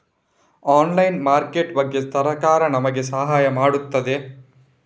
Online market ಬಗ್ಗೆ ಸರಕಾರ ನಮಗೆ ಸಹಾಯ ಮಾಡುತ್ತದೆ?